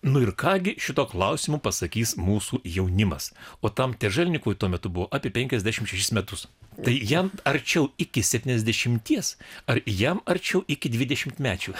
nu ir ką gi šituo klausimu pasakys mūsų jaunimas o tam teželnikovui tuo metu buvo apie penkiasdešimt šešis metus tai jam arčiau iki septyniasdšimties ar jam arčiau iki dvidešimtmečių